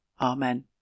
Amen